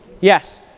Yes